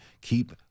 keep